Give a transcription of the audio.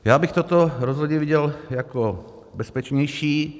Já bych toto rozhodně viděl jako bezpečnější.